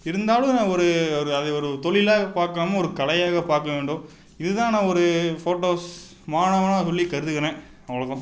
இருந்தாலும் நான் ஒரு ஒரு அதை ஒரு தொழிலாக பார்க்காமல் ஒரு கலையாக பார்க்க வேண்டும் இதுதான் நான் ஒரு ஃபோட்டோஸ் மாணவனாக சொல்லிக் கருதுகிறேன் அவ்வளோதான்